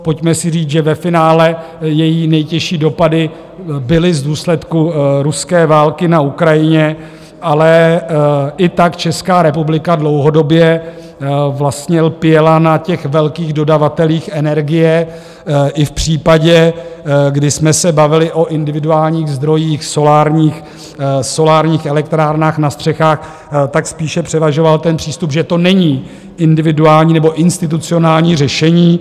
Pojďme si říct, že ve finále její nejtěžší dopady byly v důsledku ruské války na Ukrajině, ale i tak Česká republika dlouhodobě lpěla na velkých dodavatelích energie, i v případě, kdy jsme se bavili o individuálních zdrojích, solárních elektrárnách na střechách, tak spíše převažoval ten přístup, že to není individuální nebo institucionální řešení.